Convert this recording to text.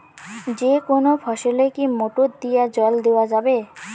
যেকোনো ফসলে কি মোটর দিয়া জল দেওয়া যাবে?